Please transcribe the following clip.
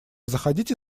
заходите